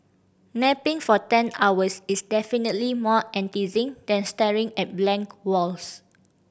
napping for ten hours is definitely more enticing than staring at blank walls